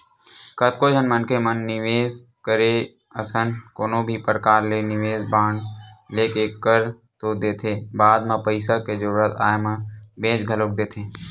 कतको झन मनखे मन निवेस करे असन कोनो भी परकार ले निवेस बांड लेके कर तो देथे बाद म पइसा के जरुरत आय म बेंच घलोक देथे